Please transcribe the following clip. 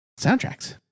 Soundtracks